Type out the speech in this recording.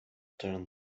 turn